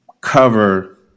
cover